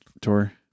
tour